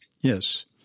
Yes